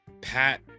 Pat